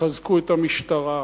תחזקו את המשטרה.